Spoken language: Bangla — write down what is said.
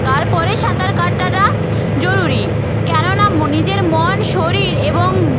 তারপরে সাঁতার কাটাটা জরুরি কেননা ম নিজের মন শরীর এবং